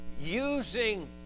using